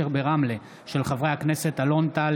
בהצעתם של חברי הכנסת אלון טל,